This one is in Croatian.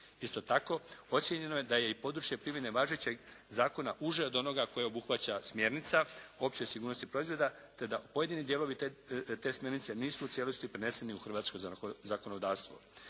Isto tako ocijenjeno je da je područje primjene važećeg zakona uže od onoga koje obuhvaća smjernica opće sigurnosti proizvoda te da pojedini dijelovi te smjernice nisu u cijelosti preneseni u hrvatskog zakonodavstvo.